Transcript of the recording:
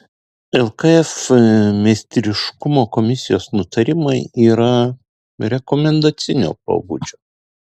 lkf meistriškumo komisijos nutarimai yra rekomendacinio pobūdžio